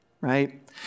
right